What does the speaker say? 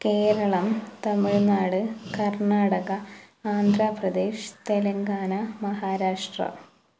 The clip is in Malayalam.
കേരളം തമിഴ്നാട് കർണാടക ആന്ധ്രപ്രദേശ് തെലുങ്കാന മഹാരാഷ്ട്ര